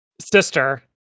sister